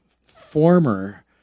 former